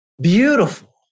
beautiful